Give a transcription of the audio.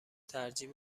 ترجیح